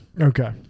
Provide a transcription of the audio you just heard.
Okay